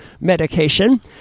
medication